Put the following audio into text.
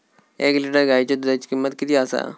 एक लिटर गायीच्या दुधाची किमंत किती आसा?